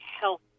health